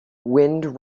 wind